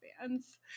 bands